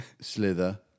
Slither